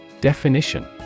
Definition